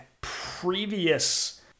previous